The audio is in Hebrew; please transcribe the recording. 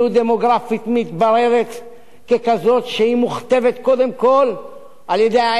ככזאת שהיא מוכתבת קודם כול על-ידי הערך של הנכס שנמצא באותה שכונה.